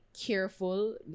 careful